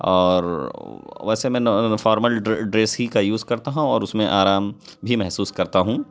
اور ویسے میں فارمل ڈریس ہی کا میں یوز کرتا ہوں اور اس میں آرام بھی محسوس کرتا ہوں